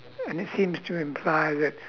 and it seems to imply that